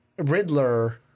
Riddler